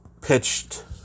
pitched